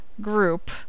group